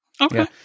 Okay